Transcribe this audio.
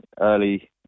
early